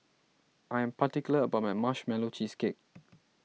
I am particular about my Marshmallow Cheesecake